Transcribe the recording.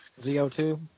ZO2